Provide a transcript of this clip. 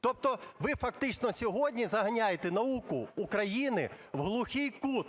Тобто ви фактично сьогодні заганяєте науку України в глухий кут